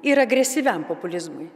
ir agresyviam populizmui